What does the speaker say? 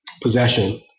possession